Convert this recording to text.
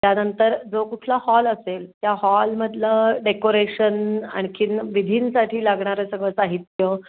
त्यानंतर जो कुठला हॉल असेल त्या हॉलमधलं डेकोरेशन आणखी विधींसाठी लागणारं सगळं साहित्य